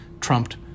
trumped